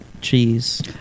cheese